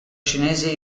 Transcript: cinese